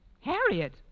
Harriet